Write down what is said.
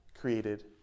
created